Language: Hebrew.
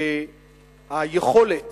שהיכולת